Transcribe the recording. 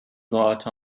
got